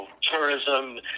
tourism